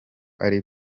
ari